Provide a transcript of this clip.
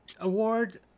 award